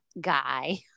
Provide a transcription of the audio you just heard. guy